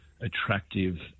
attractive